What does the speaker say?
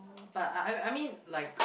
but I I I mean like